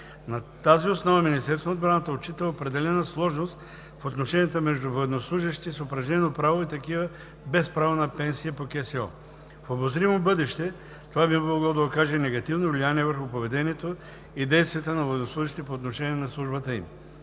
На тази основа Министерството на отбраната отчита определена сложност в отношенията между военнослужещи с упражнено право и такива без право на пенсия по Кодекса за социално осигуряване. В обозримо бъдеще това би могло да окаже негативно влияние върху поведението и действията на военнослужещите по отношение на службата им.